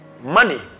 money